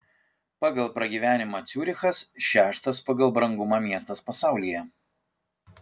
pagal pragyvenimą ciurichas šeštas pagal brangumą miestas pasaulyje